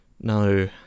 No